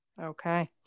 Okay